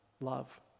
love